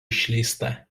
išleista